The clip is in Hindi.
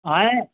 हैं